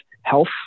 health